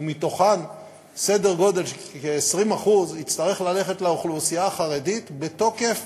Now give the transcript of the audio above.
ומתוכן סדר גודל של כ-20% יצטרך ללכת לאוכלוסייה החרדית בתוקף